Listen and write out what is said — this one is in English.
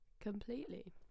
completely